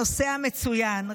נוסע מצוין,